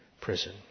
prison